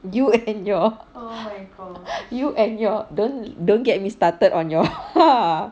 you and your you and your don't don't get me started on your